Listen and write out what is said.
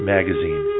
Magazine